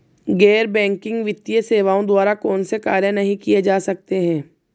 गैर बैंकिंग वित्तीय सेवाओं द्वारा कौनसे कार्य नहीं किए जा सकते हैं?